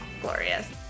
glorious